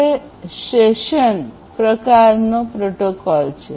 તે સેશન પ્રકારની પ્રોટોકોલ છે